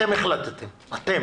אתם החלטתם אתם